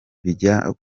bijya